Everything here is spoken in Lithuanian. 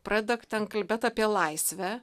pradeda ten kalbėt apie laisvę